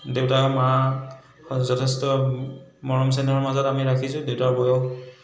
দেউতা মাক যথেষ্ট মৰম চেনেহৰ মাজত আমি ৰাখিছোঁ দেউতাৰ বয়স